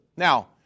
Now